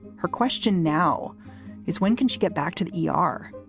her question now is when can she get back to the e r?